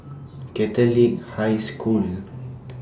Catelic High School